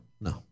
No